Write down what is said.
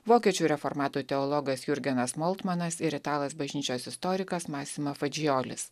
vokiečių reformatų teologas jurgenas moltmanas ir italas bažnyčios istorikas masima fadžijolis